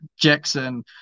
Jackson